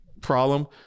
problem